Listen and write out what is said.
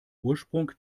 ursprung